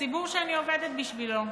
לציבור שאני עובדת בשבילו,